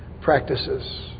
practices